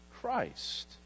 Christ